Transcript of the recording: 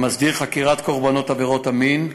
המסדיר חקירת קורבנות עבירות מין,